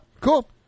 cool